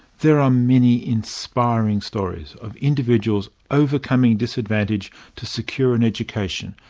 there are many inspiring stories of individuals overcoming disadvantage to secure an education,